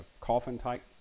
coffin-type